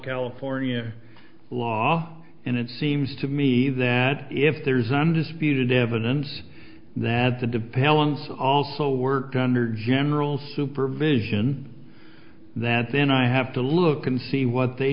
california law and it seems to me that if there is undisputed evidence that the developments also work under general supervision that then i have to look and see what they